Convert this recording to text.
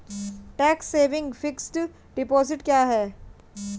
Tax saving fixed deposit क्या है?